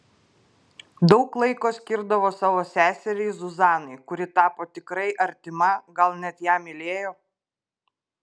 daug laiko skirdavo savo seseriai zuzanai kuri tapo tikrai artima gal net ją mylėjo